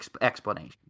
explanation